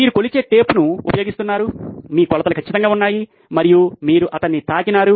మీరు కొలిచే టేప్ను ఉపయోగిస్తున్నారు మీ కొలతలు ఖచ్చితంగా ఉన్నాయి మరియు మీరు అతన్ని తాకినారు